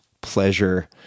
pleasure